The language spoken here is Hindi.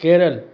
केरल